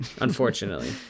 unfortunately